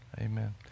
amen